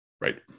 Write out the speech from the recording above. Right